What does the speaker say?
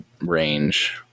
range